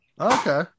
Okay